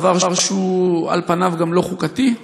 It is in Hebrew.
דבר שהוא על פניו גם לא חוקתי.